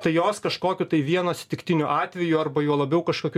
tai jos kažkokiu tai vienu atsitiktiniu atveju arba juo labiau kažkokiu